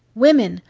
women!